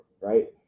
right